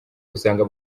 usanga